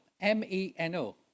M-E-N-O